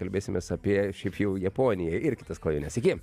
kalbėsimės apie šiaip jau japoniją ir kitas klajones iki